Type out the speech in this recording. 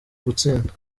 gutsinda